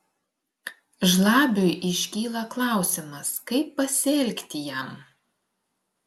žlabiui iškyla klausimas kaip pasielgti jam